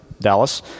dallas